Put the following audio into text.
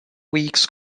weeks